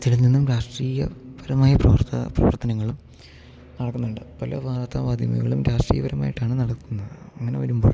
ഇതിൽ നിന്നും രാഷ്ട്രീയപരമായ പ്രവർത്ത പ്രവർത്തനങ്ങളും നടക്കുന്നുണ്ട് പല വാർത്താമാധ്യമങ്ങളും രാഷ്ട്രീയപരമായിട്ടാണ് നടക്കുന്നത് അങ്ങനെ വരുമ്പോൾ